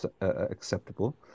acceptable